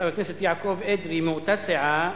חבר הכנסת יעקב אדרי, מאותה סיעה,